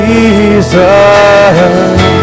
Jesus